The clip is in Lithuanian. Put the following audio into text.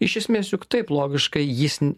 iš esmės juk taip logiškai jis